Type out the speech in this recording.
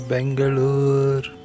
Bangalore